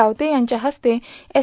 रावते यांच्या इस्ते एस